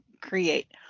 create